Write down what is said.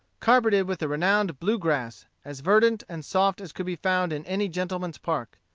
carpeted with the renowned blue-grass, as verdant and soft as could be found in any gentleman's park.